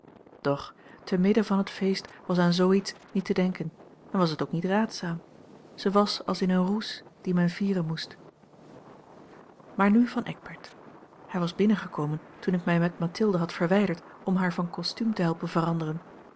te midden van het feest was aan zoo iets niet te denken en was het ook niet raadzaam zij was als in een roes die men vieren moest maar nu van eckbert hij was binnengekomen toen ik mij met mathilde had verwijderd om haar van kostuum te helpen veranderen